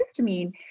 histamine